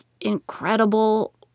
incredible